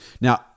Now